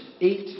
eight